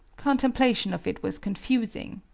contemplation of it was confusing.